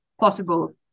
possible